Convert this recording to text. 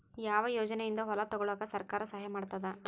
ಯಾವ ಯೋಜನೆಯಿಂದ ಹೊಲ ತೊಗೊಲುಕ ಸರ್ಕಾರ ಸಹಾಯ ಮಾಡತಾದ?